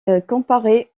comparé